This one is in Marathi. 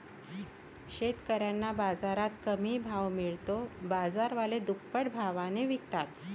शेतकऱ्यांना बाजारात कमी भाव मिळतो, बाजारवाले दुप्पट भावाने विकतात